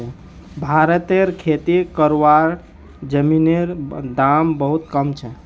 भारतत खेती करवार जमीनेर दाम बहुत कम छे